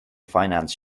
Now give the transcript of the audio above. finance